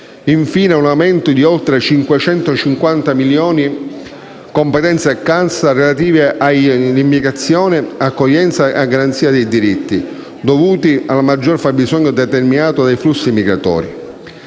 infine un aumento di oltre 550 milioni (competenza e cassa) relativi a Immigrazione, accoglienza e garanzia dei diritti, dovuto al maggior fabbisogno determinato dai flussi migratori.